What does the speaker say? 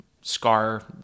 scar